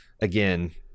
again